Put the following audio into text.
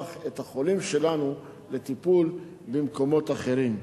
את החולים שלנו לטיפול במקומות אחרים.